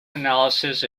analysis